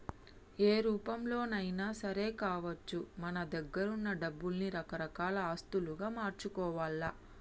ఏ రూపంలోనైనా సరే కావచ్చు మన దగ్గరున్న డబ్బుల్ని రకరకాల ఆస్తులుగా మార్చుకోవాల్ల